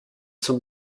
zum